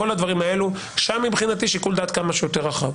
וכולי שם מבחינתי שיקול דעת כמה שיותר רחב.